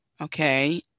okay